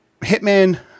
Hitman